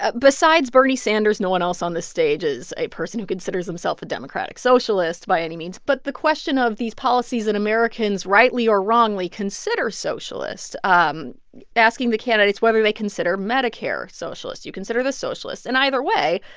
ah besides bernie sanders, no one else on this stage is a person who considers themself a democratic socialist by any means. but the question of these policies that americans rightly or wrongly consider socialist um asking the candidates whether they consider medicare socialist. do you consider this socialist? and either way,